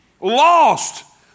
lost